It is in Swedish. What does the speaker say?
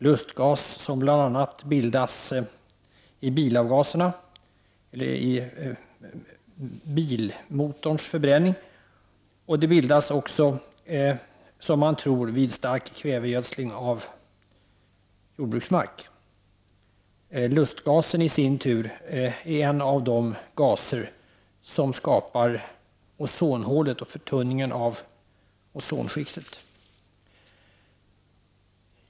Det bildas bl.a. vid bilmotorns förbränning, och det bildas också, som man tror, vid stark kvävegödsling av jordbruksmark. Lustgasen är i sin tur en av de gaser som orsakar förtunningen av ozonskiktet.